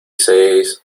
seis